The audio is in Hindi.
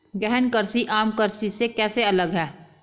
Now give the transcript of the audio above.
गहन कृषि आम कृषि से कैसे अलग है?